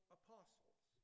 apostles